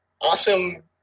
awesome